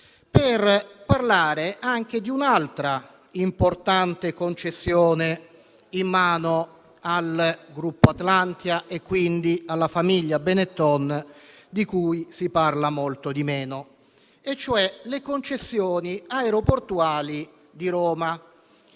per parlare anche di un'altra importante concessione in mano al gruppo Atlantia e quindi alla famiglia Benetton di cui si parla molto di meno. Mi riferisco cioè alle concessioni aeroportuali di ADR,